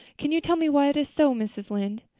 can you tell me why it is so, mrs. lynde?